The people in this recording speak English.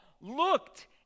looked